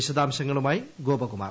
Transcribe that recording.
വിശദാംശങ്ങളുമായി ഗോപകുമാർ